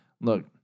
Look